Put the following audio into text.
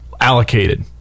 allocated